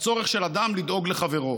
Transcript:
בצורך של אדם לדאוג לחברו.